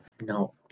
no